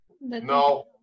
No